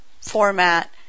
format